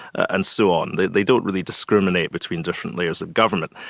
and so on. they they don't really discriminate between different layers of government.